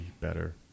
better